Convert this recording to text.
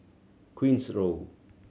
Queen's Road